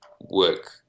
work